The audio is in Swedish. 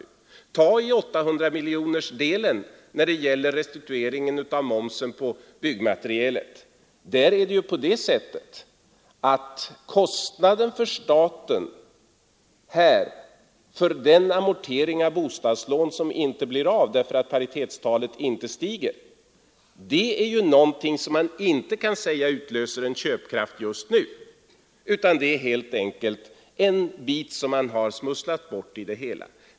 Och i fråga om 800-miljonersdelen när det gäller restituering av momsen för byggmaterial är statens kostnad för den amortering av bostadslån som inte blir av, därför att paritetstalet inte stiger, inte någonting som man kan säga utlöser en köpkraft just nu, utan helt enkelt en bit som man har smusslat bort i det hela.